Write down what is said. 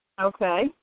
Okay